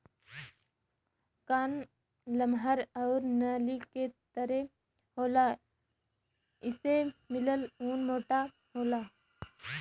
कान लमहर आउर नली के तरे होला एसे मिलल ऊन मोटा होला